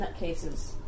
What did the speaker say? nutcases